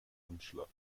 anschlag